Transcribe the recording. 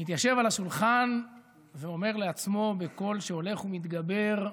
מתיישב על השולחן ואומר לעצמו בקול שהולך ומתגבר: